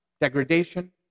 degradation